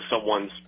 someone's